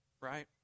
right